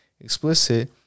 explicit